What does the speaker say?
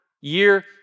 year